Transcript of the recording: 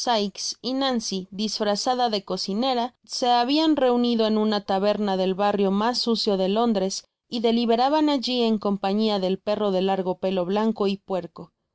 nancy disfrazada de cocinera se habian reunido en una taberna del barrio mas sucio de londres y deliberaban alli en compañia del perro de largo pelo blanco y puerco